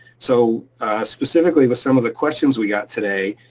so specifically with some of the questions we got today,